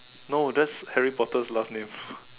no that's Harry-Potter's last name